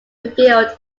revealed